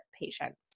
patients